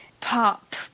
pop